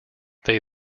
they